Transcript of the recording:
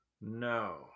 No